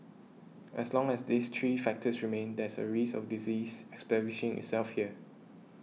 as long as these three factors remain there's a risk of disease itself here